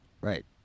right